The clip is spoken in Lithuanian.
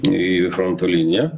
į fronto liniją